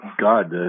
God